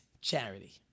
charity